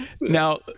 Now